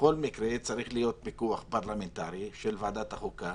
שבכל מקרה צריך להיות פיקוח פרלמנטרי של ועדת החוקה.